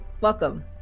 welcome